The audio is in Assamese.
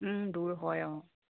দূৰ হয় অঁ